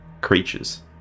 creatures